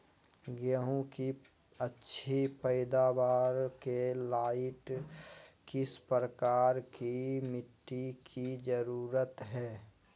गेंहू की अच्छी पैदाबार के लाइट किस प्रकार की मिटटी की जरुरत है?